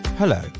Hello